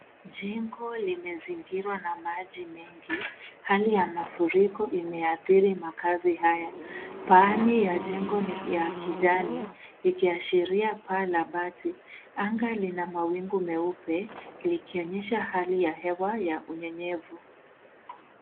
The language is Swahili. Jengo limezingirwa na maji mengi. Hali ya mafuriko imeadhiri makazi haya. Paani ya jengo ya kijani ikiashiria paa la bati. Anga lina mawingu meupe likionyesha hali ya hewa ya unyenyevu.